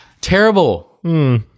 Terrible